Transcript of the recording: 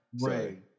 Right